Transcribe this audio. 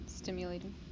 stimulating